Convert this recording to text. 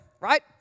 Right